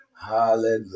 Hallelujah